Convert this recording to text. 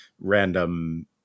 random